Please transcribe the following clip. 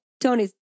Tony's